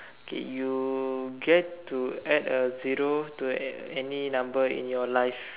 okay you get to add a zero to any number in your life